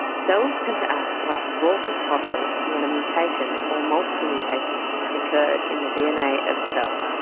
cells tend to act like raucous toddlers when a mutation or multiple mutations have occurred in the dna of a cell.